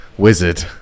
wizard